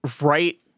right